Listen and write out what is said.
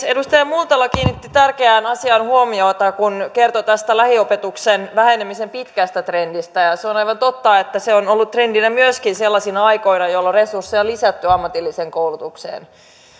edustaja multala kiinnitti tärkeään asiaan huomiota kun kertoi tästä lähiopetuksen vähenemisen pitkästä trendistä ja se on aivan totta että se on ollut trendinä myöskin sellaisina aikoina jolloin resursseja on lisätty ammatilliseen koulutukseen